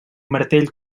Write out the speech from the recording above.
martell